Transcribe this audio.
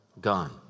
Gone